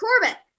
Corbett